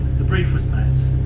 the brief was met,